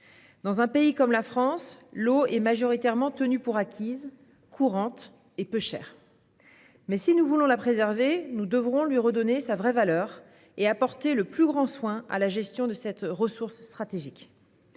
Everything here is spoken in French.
Dans un pays comme la France, l'eau est majoritairement tenue pour acquise, courante et peu chère. Toutefois, si nous voulons la préserver, nous devons lui redonner sa véritable valeur et apporter le plus grand soin à la gestion de cette ressource stratégique.